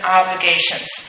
obligations